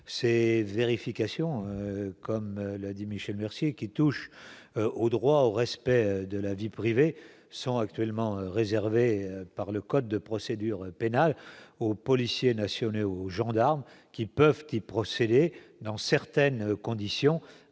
c'est vérification comme l'a dit Michel Mercier, qui touche au droit au respect de la vie privée sont actuellement réservées par le code de procédure pénale aux policiers nationaux et aux gendarmes qui peuvent y procéder dans certaines conditions,